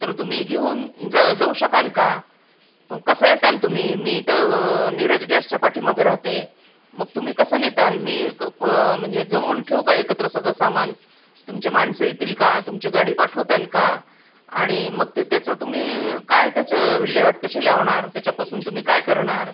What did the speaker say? तर तुम्ही घेऊन जा जाऊ शकाल का कसं येताल तुम्ही मी इथं नीरज गॅसच्या पाठीमागं राहते मग तुम्ही कसं नेताल मी को म्हणजे जमवून ठेवू का एकत्र सगळं सामान तुमचे माणसं येतील का तुमची गाडी पाठवताल का आणि मग ते त्याचं तुम्ही काय त्याचं विल्हेवाट कशी लावणार त्याच्यापासून तुम्ही काय करणार